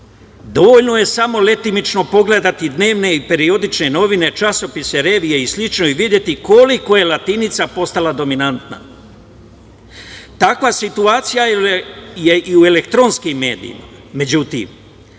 Dovoljno je samo letimično pogledati dnevne i periodične novine, časopise, revije i slično, i videti koliko je latinica postala dominantna. Takva situacija je i u elektronskim medijima. Međutim,